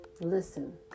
Listen